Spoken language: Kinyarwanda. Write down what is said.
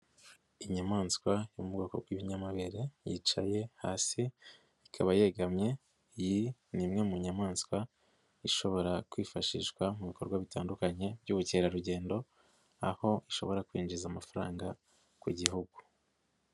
Inyamaswa yo mu bwoko bw'ibinyamabere yicaye hasi ikaba yegamye, iyi ni imwe mu nyamaswa ishobora kwifashishwa mu bikorwa bitandukanye by'ubukerarugendo aho ishobora kwinjiza amafaranga ku Gihugu.